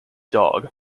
dog